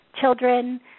children